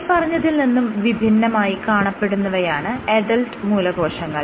മേല്പറഞ്ഞതിൽ നിന്നും വിഭിന്നമായി കാണപ്പെടുന്നവയാണ് അഡൽറ്റ് മൂലകോശങ്ങൾ